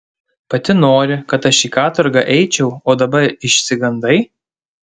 pati nori kad aš į katorgą eičiau o dabar išsigandai